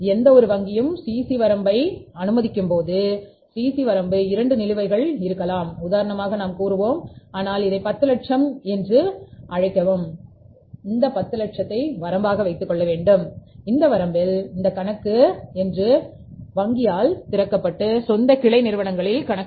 எந்தவொரு வங்கியும் சிசி வரம்பு கணக்கு